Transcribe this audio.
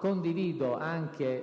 Governo era